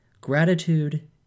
gratitude